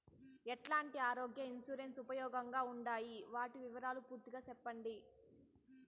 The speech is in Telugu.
ఎట్లాంటి ఆరోగ్య ఇన్సూరెన్సు ఉపయోగం గా ఉండాయి వాటి వివరాలు పూర్తిగా సెప్పండి?